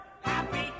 Happy